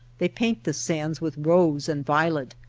they paint the sands with rose and violet,